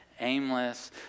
aimless